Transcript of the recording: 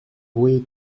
voyez